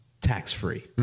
tax-free